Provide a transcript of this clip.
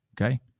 okay